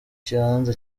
kibanza